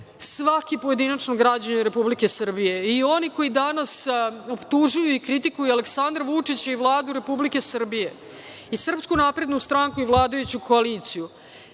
svaki pojedinačni građanin Republike Srbije i oni koji danas optužuju i kritikuju Aleksandra Vučića i Vladu Republike Srbije i SNS i vladajuću koaliciju